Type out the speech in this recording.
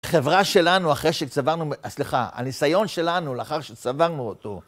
חברה שלנו אחרי שצברנו, סליחה, הניסיון שלנו לאחר שצברנו אותו.